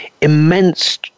immense